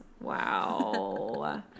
Wow